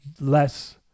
less